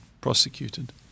prosecuted